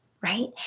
right